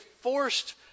forced